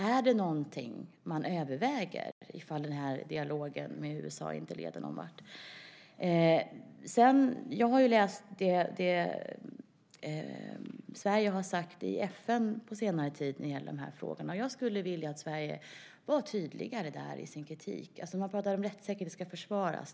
Är det någonting man överväger om dialogen med USA inte leder någon vart? Jag har ju läst det Sverige har sagt i FN på senare tid när det gäller de här frågorna. Jag skulle vilja att Sverige var tydligare i sin kritik. Man pratar om att rättssäkerheten ska försvaras.